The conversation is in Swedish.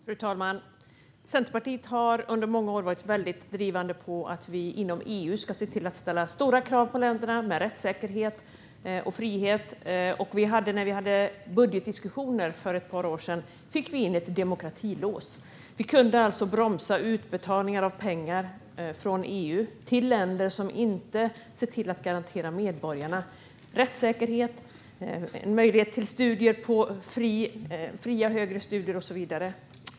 Fru talman! Centerpartiet har under många år varit drivande för att vi inom EU ska ställa stora krav på länderna när det gäller rättssäkerhet och frihet. När vi hade budgetdiskussioner för ett par år sedan fick vi in ett demokratilås. Vi kunde alltså bromsa utbetalningar av pengar från EU till länder som inte ser till att medborgarna garanteras rättssäkerhet, möjlighet till fria högre studier och så vidare.